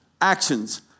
actions